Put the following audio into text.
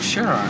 Sure